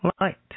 Light